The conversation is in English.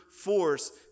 force